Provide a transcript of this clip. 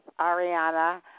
Ariana